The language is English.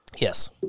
Yes